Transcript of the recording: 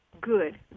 Good